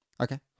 Okay